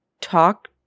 talk